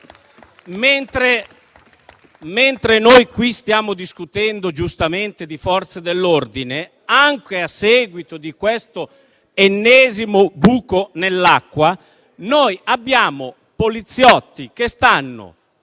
Mentre noi qui stiamo discutendo, giustamente, di Forze dell'ordine, anche a seguito di questo ennesimo buco nell'acqua, noi abbiamo poliziotti che stanno